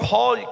Paul